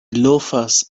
loafers